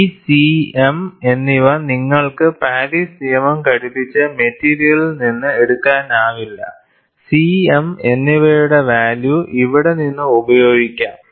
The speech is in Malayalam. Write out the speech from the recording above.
ഈ Cm എന്നിവ നിങ്ങൾക്ക് പാരീസ് നിയമം ഘടിപ്പിച്ച മെറ്റീരിയലിൽ നിന്ന് എടുക്കാനാവില്ല Cm എന്നിവയുടെ വാല്യൂ ഇവിടെ നിന്ന് ഉപയോഗിക്കാം